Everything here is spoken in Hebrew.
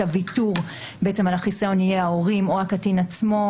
הוויתור על החיסיון יהיו ההורים או הקטין עצמו,